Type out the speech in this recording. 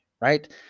right